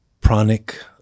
pranic